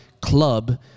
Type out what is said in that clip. Club